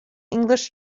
english